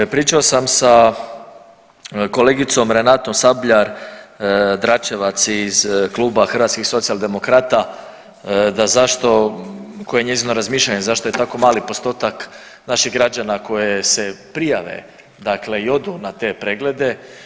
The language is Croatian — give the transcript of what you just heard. Pričao sam sa kolegicom Renatom Sabljar-Dračevac iz kluba Hrvatskih socijaldemokrata da zašto, koje je njezino razmišljanje zašto je tako mali postotak naših građana koji se prijave, dakle i odu na te preglede.